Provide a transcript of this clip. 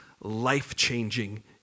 life-changing